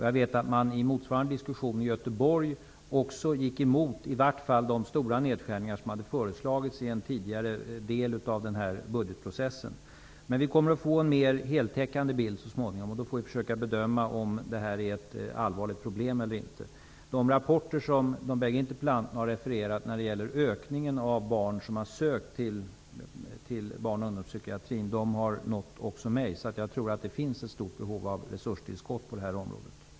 Jag vet att man i motsvarande diskussion i Göteborg också gick emot i varje fall de stora nedskärningar som hade föreslagits i ett tidigare skede i budgetprocessen. Vi kommer att få en mer heltäckande bild så småningom, och då får vi försöka bedöma om det här är ett allvarligt problem eller inte. De rapporter som de bägge interpellanterna har refererat till när det gäller ökningen av antalet barn som sökt till barn och ungdomspsykiatrin har nått också mig. Jag tror att det finns ett stort behov av resurstillskott på detta område.